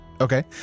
Okay